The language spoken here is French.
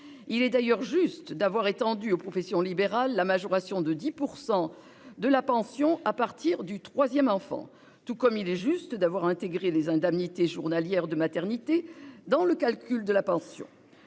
Il est d'ailleurs juste d'avoir étendu aux professions libérales la majoration de 10 % de la pension à partir du troisième enfant, tout comme il est juste d'avoir intégré les indemnités journalières de maternité dans le calcul de la pension.